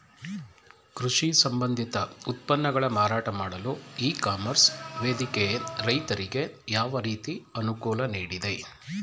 ಕೃಷಿ ಸಂಬಂಧಿತ ಉತ್ಪನ್ನಗಳ ಮಾರಾಟ ಮಾಡಲು ಇ ಕಾಮರ್ಸ್ ವೇದಿಕೆ ರೈತರಿಗೆ ಯಾವ ರೀತಿ ಅನುಕೂಲ ನೀಡಿದೆ?